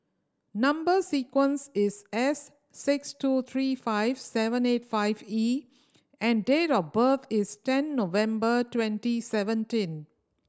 number sequence is S six two three five seven eight five E and date of birth is ten November twenty seventeen